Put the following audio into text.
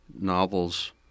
novels